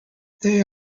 they